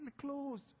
closed